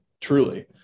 truly